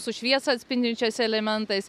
su šviesą atspindinčiais elementais